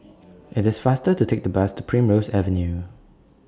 IT IS faster to Take The Bus to Primrose Avenue